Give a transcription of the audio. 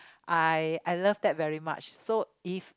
I I love that very much so if